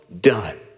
done